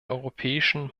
europäischen